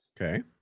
Okay